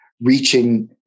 reaching